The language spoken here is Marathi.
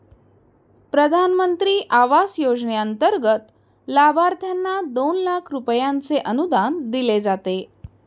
प्रधानमंत्री आवास योजनेंतर्गत लाभार्थ्यांना दोन लाख रुपयांचे अनुदान दिले जाते